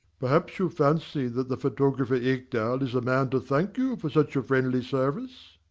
perhaps you fancy that the photographer ekdal, is the man to thank you for such a friendly service?